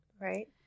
Right